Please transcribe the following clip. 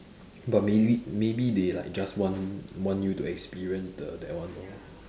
but maybe maybe they like just want want you to experience the that one lor